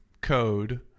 code